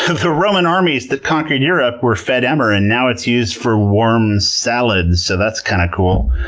the roman armies that conquered europe were fed emmer and now it's used for warm salads, so that's kind of cool.